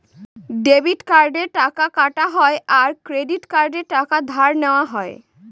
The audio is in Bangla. ডেবিট কার্ডে টাকা কাটা হয় আর ক্রেডিট কার্ডে টাকা ধার নেওয়া হয়